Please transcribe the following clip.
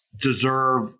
deserve